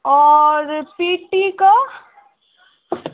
आओर P T के